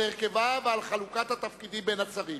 על הרכבה ועל חלוקת התפקידים בין השרים.